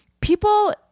people